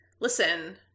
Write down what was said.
Listen